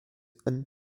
and